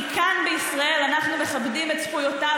כי כאן בישראל אנחנו מכבדים את זכויותיו